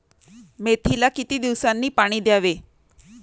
मेथीला किती दिवसांनी पाणी द्यावे?